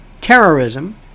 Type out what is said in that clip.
terrorism